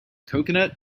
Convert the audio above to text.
coconut